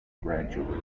gradually